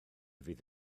fydd